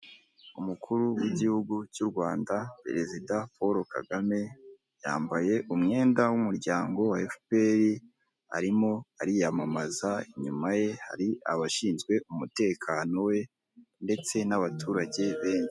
Umukuru w'igihugu cy'u Rwanda perezida Paul Kagame, yambaye umwenda w'umuryango wa Efuperi arimo ariyamamaza. Inyuma ye hari abashinzwe umutekano we ndetse n'abaturage benshi.